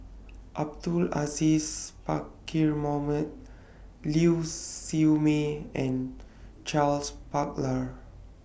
Abdul Aziz Pakkeer Mohamed Liew Siew May and Charles Paglar